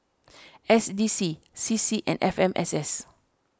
S D C C C and F M S S